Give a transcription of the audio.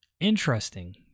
Interesting